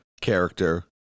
Character